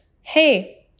Hey